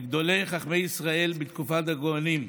מגדולי חכמי ישראל בתקופת הגאונים,